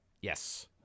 Yes